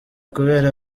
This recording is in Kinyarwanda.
kubera